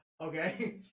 okay